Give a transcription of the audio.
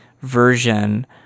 version